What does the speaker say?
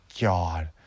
God